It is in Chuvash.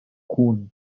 кун